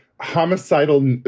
homicidal